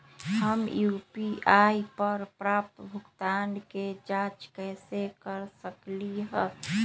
हम यू.पी.आई पर प्राप्त भुगतान के जाँच कैसे कर सकली ह?